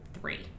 Three